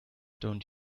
don’t